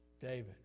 David